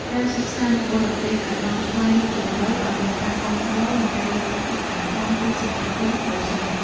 ការសិក្សានៅបរទេសដោយបង់ថ្លៃតម្រូវឱ្យមានការគាំទ្រនិងការលើកទឹកចិត្តយ៉ាងខ្លាំងពីសំណាក់ក្រុមគ្រួសារ។